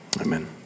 amen